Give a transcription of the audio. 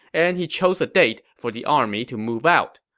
and he chose a date for the army to move out.